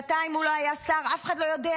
שנתיים הוא לא היה שר, אף אחד לא יודע.